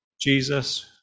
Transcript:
Jesus